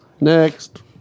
Next